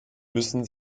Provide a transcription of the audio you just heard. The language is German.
müssen